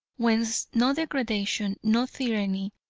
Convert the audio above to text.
whence no degradation, no tyranny,